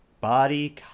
body